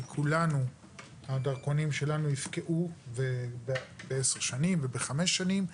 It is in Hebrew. כי הדרכונים של כולנו יפקעו בעשר שנים ובחמש שנים,